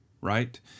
right